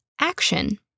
action